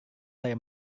saya